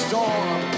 storm